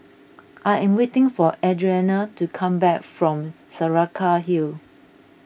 I am waiting for Adrianna to come back from Saraca Hill